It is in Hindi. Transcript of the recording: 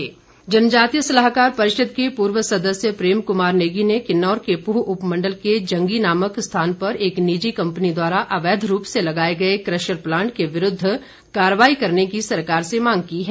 खनन जनजातीय सलाहकार परिषद के पूर्व सदस्य प्रेम कुमार नेगी ने किन्नौर के पूह उपमण्डल के जंगी नामक स्थान पर एक निजी कम्पनी द्वारा अवैध रूप से लगाए गए क्रशर प्लांट के विरूद्व कार्रवाई करने की सरकार से मांग की है